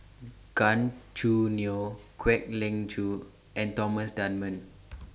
Gan Choo Neo Kwek Leng Joo and Thomas Dunman